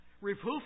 Reproof